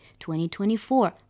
2024